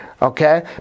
Okay